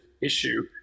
issue